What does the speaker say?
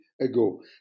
ago